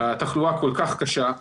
התחלואה כל כך קשה,